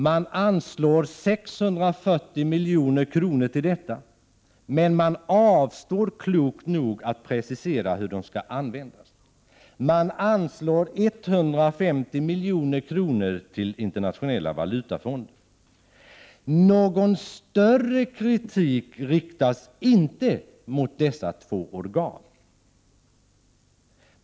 Man anvisar 640 milj.kr. till detta, men man avstår klokt nog från att precisera hur de skall användas. Man anslår 150 milj.kr. till IMF. Någon större kritik riktas inte mot dessa två organ.